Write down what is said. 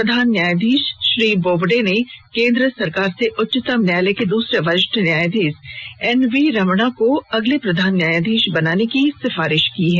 प्रधान न्यायाधीश श्री बोबडे ने केंद्र सरकार से उच्चतम न्यायालय के दूसरे वरिष्ठ न्यायाधीश एन वी रमणा को अगला प्रधान न्यायाधीश बनाने की सिफारिश की है